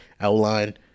outline